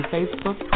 Facebook